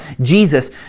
Jesus